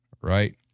Right